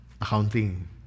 Accounting